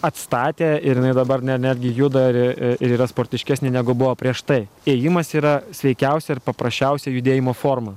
atstatė ir jinai dabar ne netgi juda ir yra sportiškesnė negu buvo prieš tai ėjimas yra sveikiausia ir paprasčiausia judėjimo forma